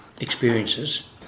experiences